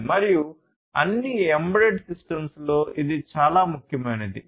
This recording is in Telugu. మరియు అన్ని ఎంబెడెడ్ సిస్టమ్స్లో ఇది చాలా ముఖ్యమైనది